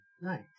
Nice